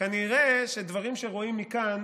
נראה שדברים שרואים מכאן